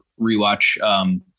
rewatch